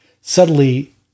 subtly